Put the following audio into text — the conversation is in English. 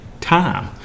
time